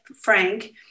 Frank